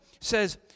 says